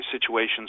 situations